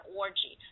orgy